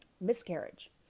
miscarriage